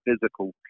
physical